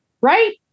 Right